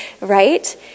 right